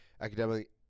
academically